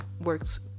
works